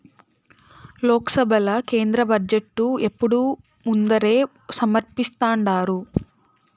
లోక్సభల కేంద్ర బడ్జెటు ఎప్పుడూ ముందరే సమర్పిస్థాండారు